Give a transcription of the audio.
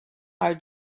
our